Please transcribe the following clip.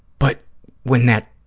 but when that,